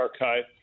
Archive